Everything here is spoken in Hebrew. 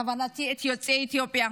וכוונתי, את יוצאי אתיופיה.